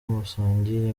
musangiye